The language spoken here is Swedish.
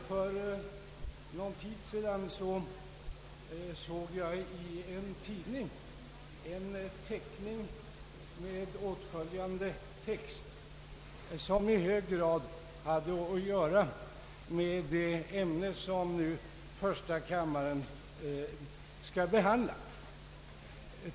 Herr talman! För någon tid sedan såg jag i en tidning en teckning med åtföljande text, som i hög grad hade att göra med det ämne som första kammaren nu skall behandla.